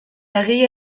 egile